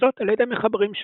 וזאת על ידי מחברים שונים.